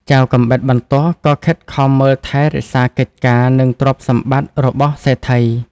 ចៅកាំបិតបន្ទោះក៏ខិតខំមើលថែរក្សាកិច្ចការ និងទ្រព្យសម្បត្តិរបស់សេដ្ឋី។